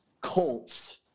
Colts